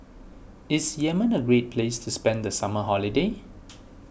is Yemen a great place to spend the summer holiday